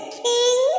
king